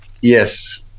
Yes